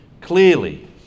clearly